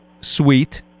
sweet